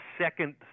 second